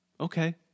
Okay